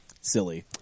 silly